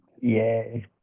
Yay